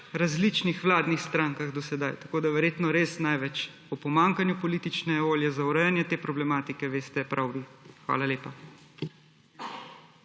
različnih vladnih strankah do sedaj. Verjetno res največ o pomanjkanju politične volje za urejanje te problematike veste prav vi. Hvala lepa.